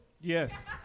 Yes